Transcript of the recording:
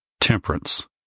Temperance